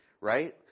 right